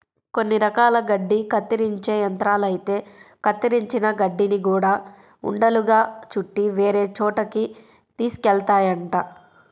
కొన్ని రకాల గడ్డి కత్తిరించే యంత్రాలైతే కత్తిరించిన గడ్డిని గూడా ఉండలుగా చుట్టి వేరే చోటకి తీసుకెళ్తాయంట